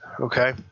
Okay